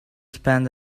spend